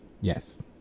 yes